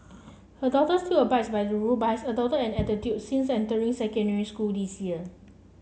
her daughter still abides by the rule but has adopted an attitude since entering secondary school this year